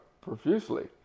profusely